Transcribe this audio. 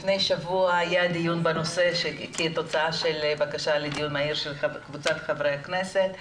דיון בנושא כתוצאה מבקשה לדיון מהיר של קבוצת חברי כנסת,